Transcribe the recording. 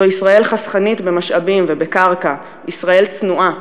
זו ישראל חסכנית במשאבים ובקרקע, ישראל צנועה,